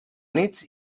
units